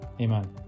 Amen